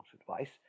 advice